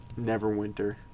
Neverwinter